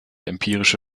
empirische